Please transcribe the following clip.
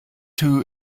two